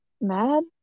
mad